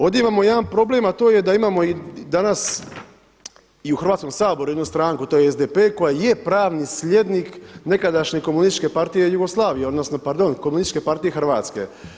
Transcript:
Ovdje imamo jedan problem, a to je da imamo danas i u Hrvatskom saboru jednu stranku to je SDP koja je pravni slijednik nekadašnje Komunističke partije Jugoslavije, pardon Komunističke partije Hrvatske.